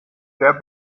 der